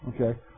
Okay